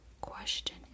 Question